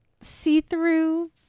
see-through